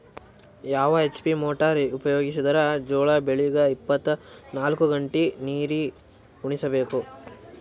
ಯಾವ HP motor ಉಪಯೋಗಿಸಿದರ ಜೋಳ ಬೆಳಿಗ ಇಪ್ಪತ ನಾಲ್ಕು ಗಂಟೆ ನೀರಿ ಉಣಿಸ ಬಹುದು?